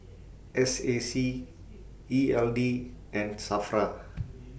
S A C E L D and SAFRA